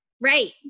Right